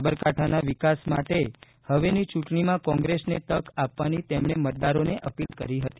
સાબરકાંઠાના વિકાસ માટે હવેની ચૂંટણીમાં કોંગ્રેસને તક આપવાની તેમણે મતદારોને અપીલ કરી હતી